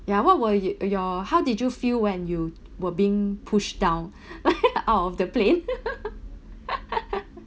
ya what were you your how did you feel when you were being pushed down out of the plane